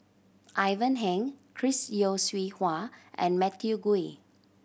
Ivan Heng Chris Yeo Siew Hua and Matthew Ngui